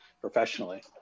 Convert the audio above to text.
professionally